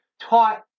taught